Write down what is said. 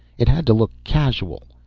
it had to look casual.